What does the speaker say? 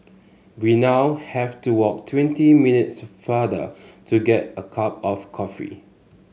we now have to walk twenty minutes farther to get a cup of coffee